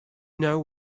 know